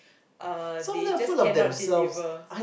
uh they just cannot deliver